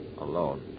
Alone